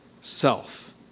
self